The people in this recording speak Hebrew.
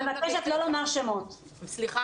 לבית הספר --- אני מבקשת לא לומר שם של ילד.